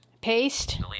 paste